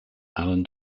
allan